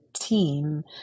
team